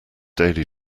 daily